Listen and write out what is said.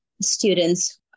students